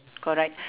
correct